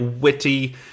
witty